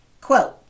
Quote